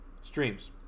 Streams